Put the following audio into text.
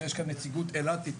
ויש כאן נציגות אילתית,